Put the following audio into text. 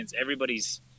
everybody's